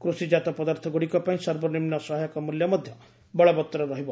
କୃଷିଜାତ ପଦାର୍ଥଗୁଡ଼ିକ ପାଇଁ ସର୍ବନିମ୍ନ ସହାୟକ ମ୍ବଲ୍ୟ ମଧ୍ୟ ବଳବତ୍ତର ରହିବ